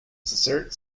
dessert